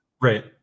Right